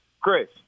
Chris